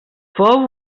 fou